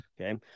okay